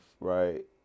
Right